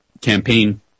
campaign